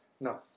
No